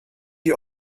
die